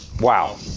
Wow